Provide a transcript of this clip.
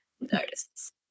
notices